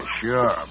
sure